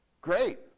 Great